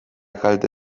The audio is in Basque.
kalte